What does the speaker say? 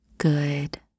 good